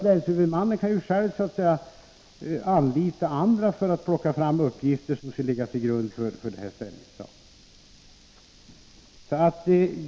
Länshuvudmännen kan ju själva anlita andra för att plocka fram uppgifter som skall ligga till grund för ställningstagandena.